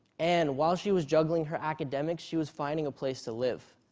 and while she was juggling her academics she was finding a place to live.